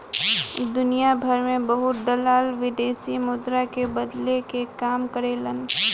दुनियाभर में बहुत दलाल विदेशी मुद्रा के बदले के काम करेलन